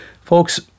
Folks